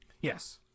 yes